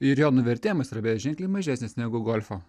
ir jo nuvertėjimas yra ženkliai mažesnis negu golfo